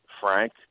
Frank